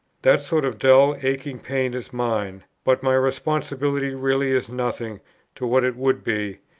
that sort of dull aching pain is mine but my responsibility really is nothing to what it would be,